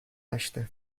açtı